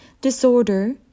disorder